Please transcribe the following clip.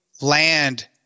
land